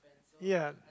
ya